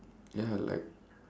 ya like